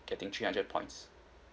getting three hundred points